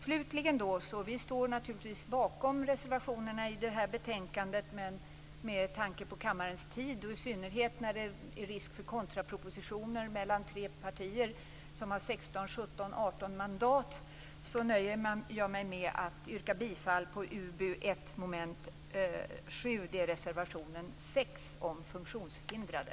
Slutligen: Vi står naturligtvis bakom reservationerna i betänkandet, men med tanke på kammarens tid och i synnerhet då det är risk för kontrapropositioner mellan förslag från tre partier som har 16, 17, 18 mandat nöjer jag mig med att yrka bifall till reservation 6 i UbU1 under mom. 7 om funktionshindrade.